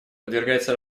подвергается